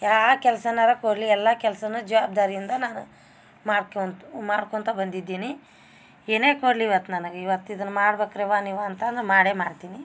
ಯಾವ ಕೆಲ್ಸನಾದ್ರೂ ಕೊಡ್ಲಿ ಎಲ್ಲ ಕೆಲಸನು ಜವಾಬ್ದಾರಿಯಿಂದ ನಾನು ಮಾಡ್ಕೊತಾ ಮಾಡ್ಕೊತಾ ಬಂದಿದ್ದೀನಿ ಏನೇ ಕೊಡಲಿ ಇವತ್ತು ನನಗೆ ಇವತ್ತು ಇದನ್ನ ಮಾಡ್ಬೇಕ್ರಿಯವ್ವ ನೀವು ಅಂತಂದು ಮಾಡೇ ಮಾಡ್ತೀನಿ